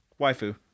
waifu